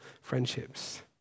friendships